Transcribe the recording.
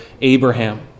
Abraham